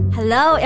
Hello